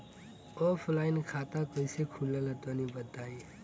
Offline खाता कइसे खुलेला तनि बताईं?